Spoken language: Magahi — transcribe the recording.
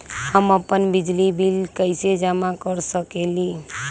हम अपन बिजली बिल कैसे जमा कर सकेली?